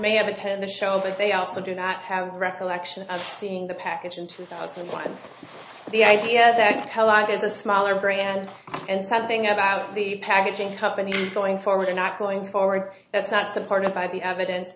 may have attend the show but they also do not have a recollection of seeing the package in two thousand and five and the idea that there's a smaller break and and sad thing about the packaging companies going forward are not going forward that's not supported by the evidence